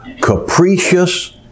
capricious